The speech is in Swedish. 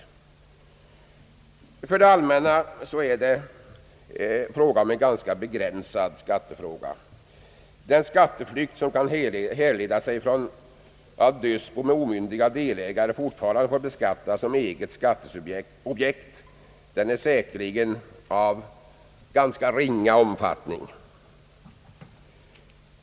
För det allmänna är det en ganska begränsad skattefråga. Den skatteflykt som kan härleda sig från att dödsbon med omyndiga delägare fortfarande får beskattas som eget skatteobjekt är säkerligen av rätt ringa omfattning.